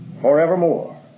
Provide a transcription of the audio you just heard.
forevermore